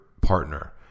partner